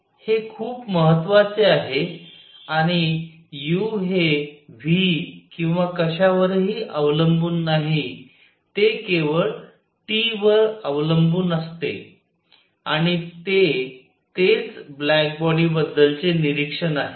हे खूप महत्वाचे आहे आणि U हे V किंवा कश्यावरही अवलंबून नाही ते केवळ T वर अवलंबून असते आणि ते तेच ब्लॅक बॉडी बद्दलचे निरीक्षण आहे